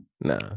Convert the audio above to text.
Nah